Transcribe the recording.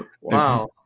Wow